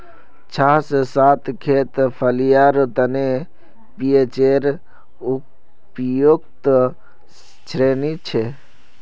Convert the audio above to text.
छह से सात खेत फलियार तने पीएचेर उपयुक्त श्रेणी छे